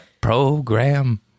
program